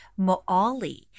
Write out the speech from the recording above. Moali